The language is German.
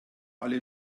alle